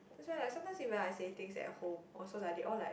that's why like sometimes even I say some things at home also they all like